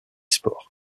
sports